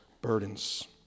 burdens